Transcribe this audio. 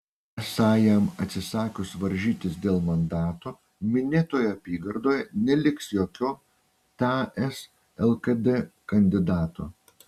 esą jam atsisakius varžytis dėl mandato minėtoje apygardoje neliks jokio ts lkd kandidato